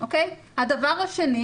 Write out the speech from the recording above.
הדבר השני,